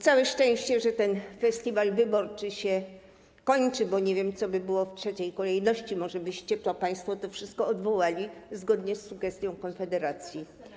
Całe szczęście, że ten festiwal wyborczy się kończy, bo nie wiem, co by było w trzeciej kolejności, może byście państwo to wszystko odwołali zgodnie z sugestią Konfederacji.